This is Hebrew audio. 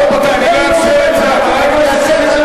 חברי הכנסת, רבותי, אני לא אאפשר את זה.